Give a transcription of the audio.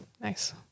nice